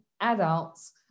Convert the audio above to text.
adults